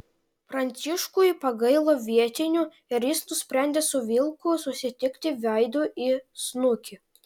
pranciškui pagailo vietinių ir jis nusprendė su vilku susitikti veidu į snukį